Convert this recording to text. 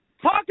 Talk